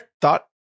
thought